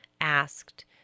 asked